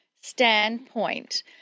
standpoint